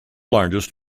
largest